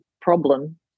problem